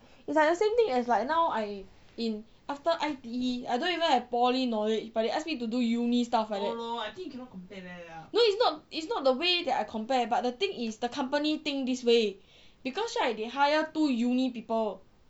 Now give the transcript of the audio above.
it's the same thing as like now I in after I_T_E I don't even have poly knowledge but they ask me to do uni stuff like that no it's not it's not the way that I compare but the thing is the company think this way because right they hire two uni people